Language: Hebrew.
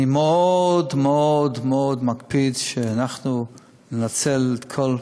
אני מאוד מאוד מאוד מקפיד שאנחנו ננצל הכול,